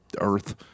Earth